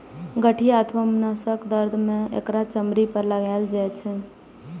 गठिया अथवा नसक दर्द मे एकरा चमड़ी पर लगाएल जाइ छै